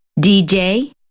DJ